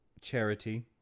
Charity